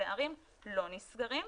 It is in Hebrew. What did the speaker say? הפערים לא נסגרים.